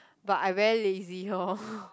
but I very lazy lor